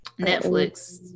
Netflix